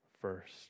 first